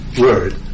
word